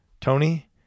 Tony